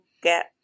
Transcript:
get